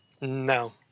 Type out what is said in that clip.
No